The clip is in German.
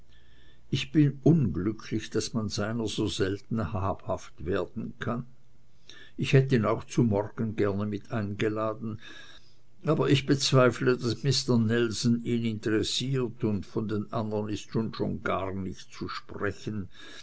ich bin unglücklich daß man seiner so selten habhaft werden kann ich hätt ihn auch zu morgen gerne mit eingeladen aber ich bezweifle daß mister nelson ihn interessiert und von den anderen ist nun schon gar nicht zu sprechen